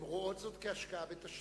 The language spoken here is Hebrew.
הן רואות זאת כהשקעה בתשתיות.